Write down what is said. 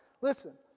Listen